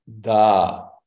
da